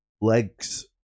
legs